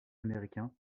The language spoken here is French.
américain